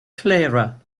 clara